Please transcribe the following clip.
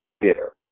bitter